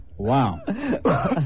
Wow